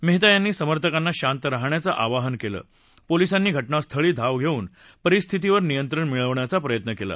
मेहता यांनी समर्थकांना शांत राहण्याचं आवाहन केल पोलिसांनी घटनास्थळी धाव घेऊन परिस्थितीवर नियंत्रण मिळवण्याचा प्रयत्न केला